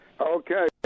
Okay